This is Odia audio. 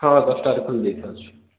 ହଁ ଦଶଟାରେ ଖୋଲି ଦେଇକି ଆସୁଛି